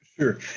Sure